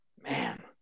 Man